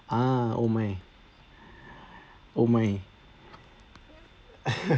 ah oh my oh my